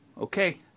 okay